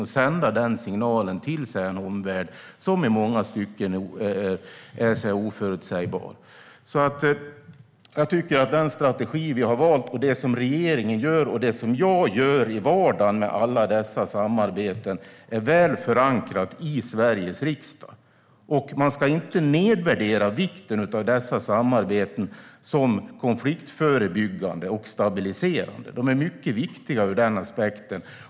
Vi ville inte sända den signalen till en omvärld som i många stycken är oförutsägbar. Jag tycker att det som regeringen och jag i vardagen gör med alla dessa samarbeten är väl förankrat i Sveriges riksdag. Man ska inte nedvärdera vikten av dessa samarbeten som konfliktförebyggande och stabiliserande. De är mycket viktiga ur den aspekten.